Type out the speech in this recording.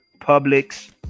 Publix